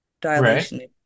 dilation